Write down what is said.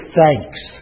thanks